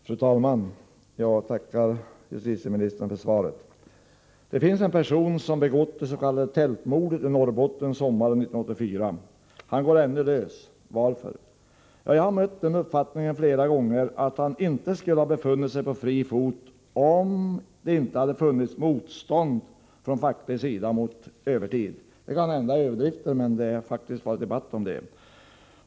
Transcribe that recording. Fru talman! Jag tackar justitieministern för svaret. Det finns en person som begått dets.k. tältmordet i Norrbotten sommaren 1984. Han går ännu lös. Varför? Jag har flera gånger mött uppfattningen att haninte skulle ha befunnit sig på fri fot, om man inte från fackligt håll motsatt sig övertidsarbete. Det är kanske att överdriva, men så har man faktiskt sagt i debatten.